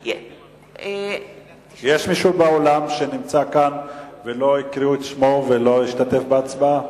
יש מישהו שנמצא באולם ולא הקריאו את שמו ולא השתתף בהצבעה?